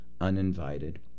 uninvited